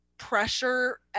pressure